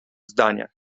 zdaniach